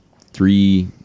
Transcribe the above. three